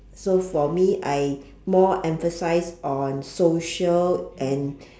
so for me I more emphasize on social and